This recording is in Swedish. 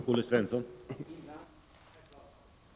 Herr talman!